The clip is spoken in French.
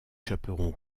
chaperon